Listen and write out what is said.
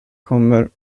kommer